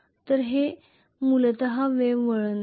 तर हे मूलतः वेव्ह वळण आहे